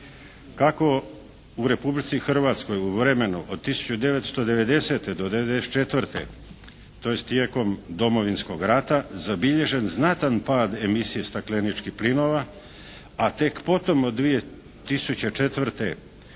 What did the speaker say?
Kako u Republici Hrvatskoj u vremenu od 1990. do '94., tj. tijekom Domovinskog rata zabilježen znatan pad emisije stakleničkih plinova, a tek potom od 2004.